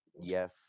Yes